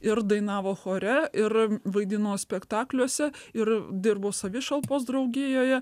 ir dainavo chore ir vaidino spektakliuose ir dirbo savišalpos draugijoje